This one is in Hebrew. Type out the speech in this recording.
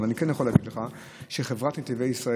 אבל אני כן יכול להגיד לך שחברת נתיבי ישראל